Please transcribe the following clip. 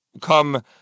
Come